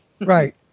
Right